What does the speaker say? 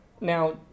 Now